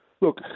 Look